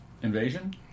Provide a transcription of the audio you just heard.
Invasion